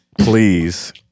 Please